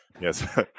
Yes